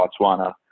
Botswana